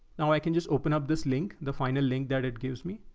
now i can just open up this link, the final link that it gives me,